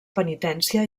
penitència